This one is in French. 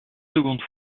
seconde